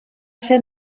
ser